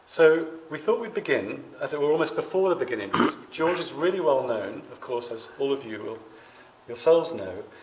so we thought we'd begin as if we're almost before the beginning because george is really well-known of course, as all of you yourselves know,